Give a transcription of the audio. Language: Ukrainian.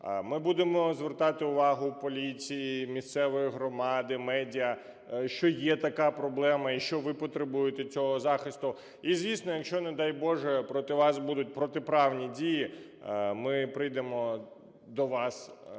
Ми будемо звертати увагу поліції, місцевої громади, медіа, що є така проблема і що ви потребуєте цього захисту. І, звісно, якщо, не дай Боже, проти вас будуть протиправні дії, ми прийдемо до вас